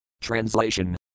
Translation